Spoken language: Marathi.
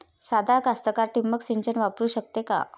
सादा कास्तकार ठिंबक सिंचन वापरू शकते का?